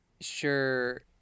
sure